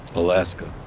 alaska.